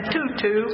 Tutu